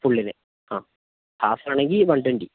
ഫുള്ളിന് ഹാഫാണെങ്കിൽ one twenty